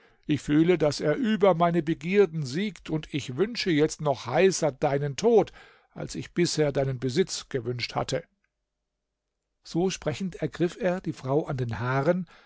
ich fühle daß er über meine begierden siegt und ich wünsche jetzt noch heißer deinen tod als ich bisher deinen besitz gewünscht hatte so sprechend ergriff er die frau an den haaren